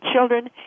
children